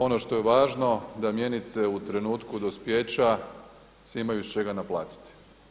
Ono što je važno da mjenice u trenutku dospijeća se imaju iz čega naplatiti.